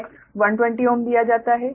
X 120 Ω दिया जाता है